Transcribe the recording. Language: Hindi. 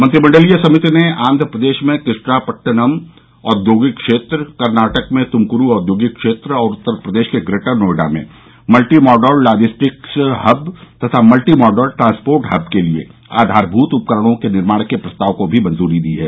मंत्रिमंडलीय समिति ने आंध्र प्रदेश में कृष्णा पट्टनम औद्योगिक क्षेत्र कर्नाटक में तुमकुरू औद्योगिक क्षेत्र और उत्तरप्रदेश के ग्रेटर नोएडा में मल्टी मॉडल लॉजिस्टिक्स हब तथा मल्टी मॉडल ट्रांसपोर्ट हब के लिए आधारमूत उपकरणों के निर्माण के प्रस्ताव को भी मंजूरी दे दी है